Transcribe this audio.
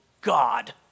God